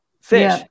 fish